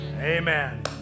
Amen